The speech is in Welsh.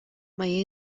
mae